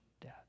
death